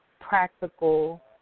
practical